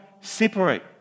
separate